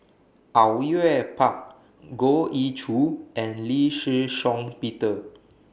Au Yue Pak Goh Ee Choo and Lee Shih Shiong Peter